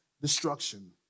destruction